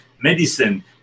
medicine